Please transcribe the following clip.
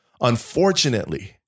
Unfortunately